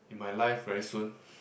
in my life very soon